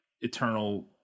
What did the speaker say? eternal